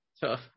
Tough